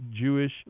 Jewish